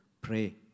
pray